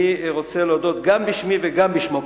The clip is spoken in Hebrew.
אני רוצה להודות גם בשמי וגם בשמו.